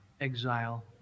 exile